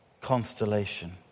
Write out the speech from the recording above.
constellation